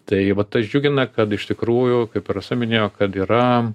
tai vat tas džiugina kad iš tikrųjų kaip rasa minėjo kad yra